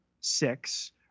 six